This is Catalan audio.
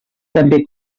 també